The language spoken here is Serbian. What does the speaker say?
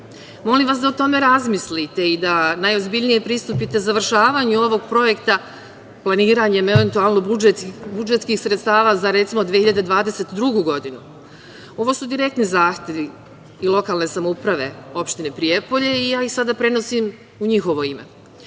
vas da o tome razmislite i da najozbiljnije pristupite završavanju ovog projekta planiranjem, eventualno, budžetskih sredstava za, recimo, 2022. godinu. Ovo su direktni zahtevi i lokalne samouprave opštine Prijepolje i ja ih sada prenosim u njihovo